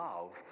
love